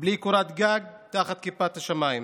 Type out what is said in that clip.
בלי קורת גג תחת כיפת השמיים.